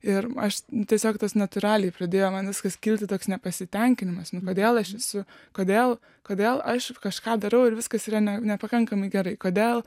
ir aš tiesiog tas natūraliai pradėjo man viskas kilti toks nepasitenkinimas kodėl aš esu kodėl kodėl aš kažką darau ir viskas yra nepakankamai gerai kodėl